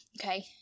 Okay